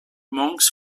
monks